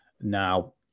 now